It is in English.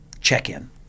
check-in